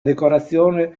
decorazione